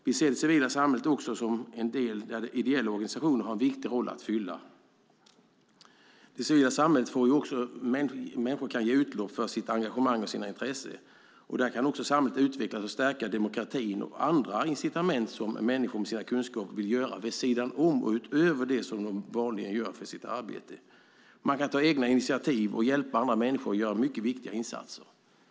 Vi ser det civila samhället som en del där ideella organisationer har en viktig roll att fylla. I det civila samhället kan människor ge utlopp för sitt engagemang och sina intressen. Samhället kan utvecklas och demokratin stärkas, och där kan finnas andra incitament för människor att använda sina kunskaper vid sidan om och utöver vad de vanligen gör. De kan ta egna initiativ och hjälpa andra människor att göra viktiga insatser.